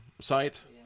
site